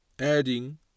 adding